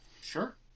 Sure